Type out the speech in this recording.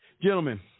Gentlemen